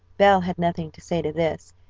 belle had nothing to say to this,